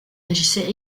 agissait